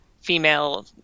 female